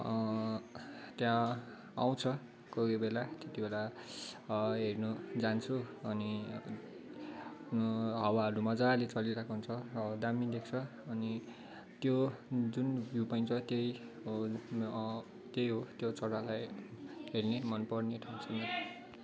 त्यहाँ आउँछ कोही कोही बेला त्यति बेला हेर्नु जान्छु अनि हावाहरू मजाले चलिरहेको हुन्छ र दामी देख्छ अनि त्यो जुन भ्यू पोइन्ट छ त्यही हो त्यही हो त्यो चरालाई हेर्ने मनपर्ने ठाउँ चाहिँ मेरो